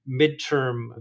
midterm